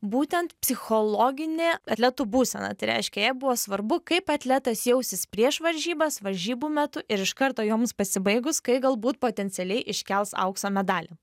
būtent psichologinė atletų būsena tai reiškia jai buvo svarbu kaip atletas jausis prieš varžybas varžybų metu ir iš karto joms pasibaigus kai galbūt potencialiai iškels aukso medalį